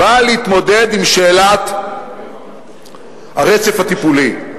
באה להתמודד עם שאלת הרצף הטיפולי.